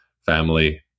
family